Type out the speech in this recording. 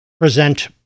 present